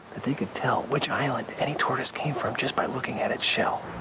they could tell which island any tortoise came from just by looking at its shell.